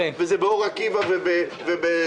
וזה באור עקיבא ובשדרות,